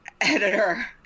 editor